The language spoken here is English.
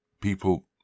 people